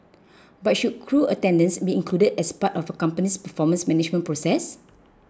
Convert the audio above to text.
but should crew attendance be included as part of a company's performance management process